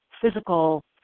physical